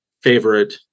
favorite